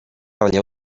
relleu